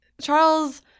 Charles